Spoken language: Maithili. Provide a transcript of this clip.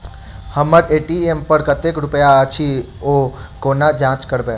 हम्मर ए.टी.एम पर कतेक रुपया अछि, ओ कोना जाँच करबै?